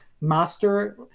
Master